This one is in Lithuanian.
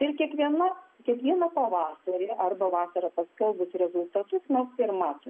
ir kiekviena kiekvieną pavasarį arba vasarą paskelbus rezultatus mes tai ir matome